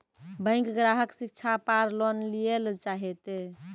Bank ग्राहक शिक्षा पार लोन लियेल चाहे ते?